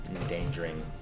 endangering